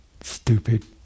stupid